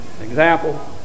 example